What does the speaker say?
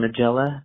Magella